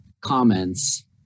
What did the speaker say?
comments